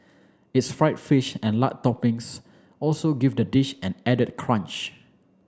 its fried fish and lard toppings also give the dish an added crunch